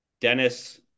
dennis